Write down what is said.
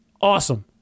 awesome